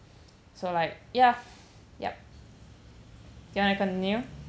so like ya yup ya you want to continue